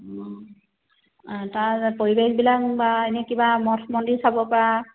অঁ তাৰ পৰিৱেশবিলাক বা এনেই কিবা মঠ মন্দিৰ চাব পৰা